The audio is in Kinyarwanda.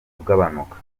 ugabanuka